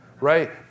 Right